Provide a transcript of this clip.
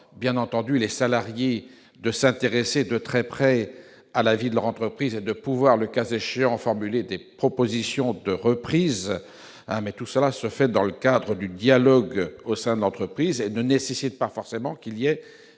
bien entendu, les salariés de s'intéresser de près à la vie de leur entreprise et de pouvoir, le cas échéant, formuler des propositions de reprise, mais ceci doit se faire dans le cadre du dialogue au sein de l'entreprise et ne nécessite pas que des